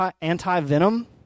anti-venom